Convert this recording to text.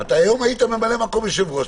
היית היום ממלא מקום יושב-ראש,